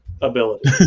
ability